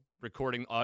recording